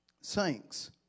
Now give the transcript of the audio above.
saints